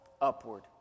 upward